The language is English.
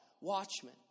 watchmen